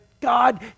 God